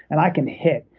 and i can hit.